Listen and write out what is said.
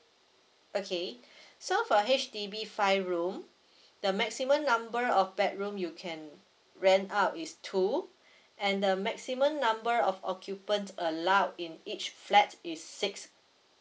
okay so for H_D_B five room the maximum number of bedroom you can rent out is two and the maximum number of occupants allowed in each flat is six